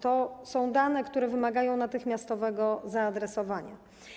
To są dane, które wymagają natychmiastowego zaadresowania.